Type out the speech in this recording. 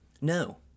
No